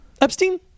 Epstein